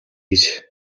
гэж